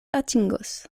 atingos